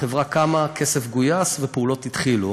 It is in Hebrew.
החברה קמה, כסף גויס ופעולות התחילו.